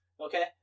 Okay